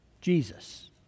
Jesus